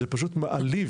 זה פשוט מעליב,